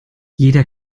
jeder